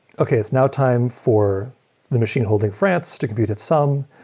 okay. it's now time for the machine holding france to compute its sum.